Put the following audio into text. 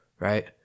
right